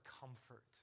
comfort